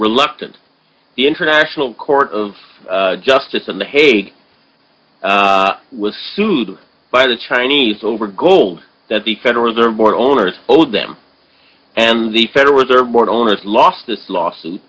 reluctant the international court of justice in the hague was sued by the chinese over gold that the federal reserve board owners owed them and the federal reserve board owners lost the lawsuit